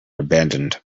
abandoned